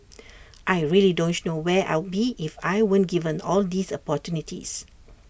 I really don't know where I'd be if I weren't given all these opportunities